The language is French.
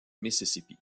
mississippi